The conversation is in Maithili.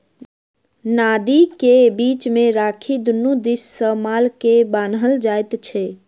नादि के बीच मे राखि दुनू दिस सॅ माल के बान्हल जाइत छै